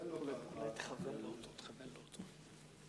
יש מי שעוזר ומטפל באותם זקנים חסרי ישע,